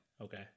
Okay